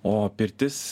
o pirtis